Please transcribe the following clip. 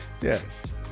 Yes